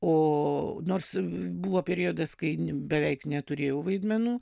o nors buvo periodas kai beveik neturėjau vaidmenų